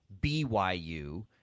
BYU